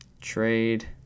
trade